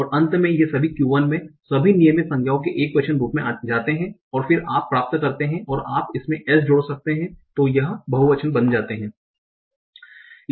और अंत में ये सभी Q1 में सभी नियमित संज्ञाओं के एकवचन रूप में जाते हैं और फिर आप प्राप्त करते हैं और आप इसमें s जोड़ सकते हैं तो यह बहुवचन बन जाते है